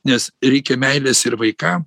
nes reikia meilės ir vaikam